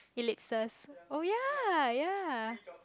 ellipses oh ya ya